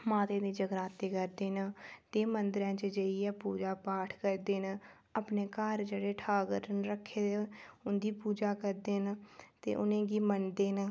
माता दे जगराते करदे न ते मंदरें च जाइयै पाठ करदे न अपने घर जेह्ड़े ठाकर न रक्खे दे उंदी पूजा करदे न ते उ'नें गी मनदे न